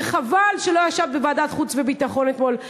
וחבל שלא ישבת בוועדת חוץ וביטחון אתמול,